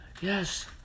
Yes